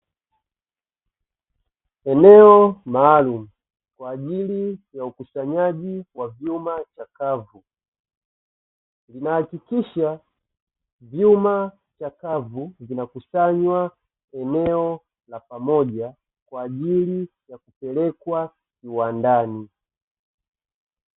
Enoeo maalumu kwa ajili ya ukusanyaji wa vyuma chakavu, vinahakikisha vyuma chakavu vinakusanywa eneo la pamoja kwajili ya kupelekwa viwandani.